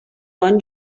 bon